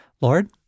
Lord